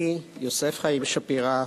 אני, יוסף חיים שפירא,